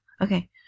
Okay